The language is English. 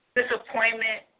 disappointment